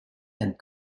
and